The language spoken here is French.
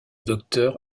docteur